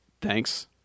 thanks